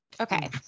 Okay